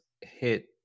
hit